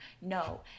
No